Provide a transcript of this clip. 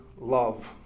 love